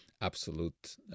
absolute